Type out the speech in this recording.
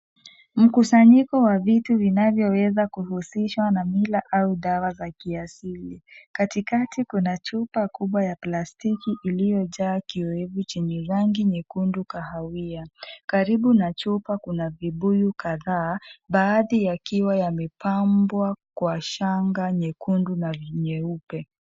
Mkusanyiko wa vitu vinavyoweza kuhusishwa na mila au dawa za kiasili. Katikati kuna chupa kubwa ya plastiki iliyojaa kiuwevu chekundu rangi kahawia. Karibu na chupa kuna vibuyu kadhaa, baadhi yakiwa yamepambwa kwa shanga nyekundu na nyeupe.